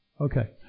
Okay